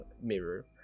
mirror